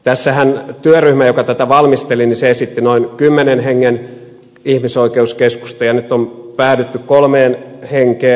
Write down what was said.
tässähän työryhmä joka tätä valmisteli esitti noin kymmenen hengen ihmisoikeuskeskusta ja nyt on päädytty kolmeen henkeen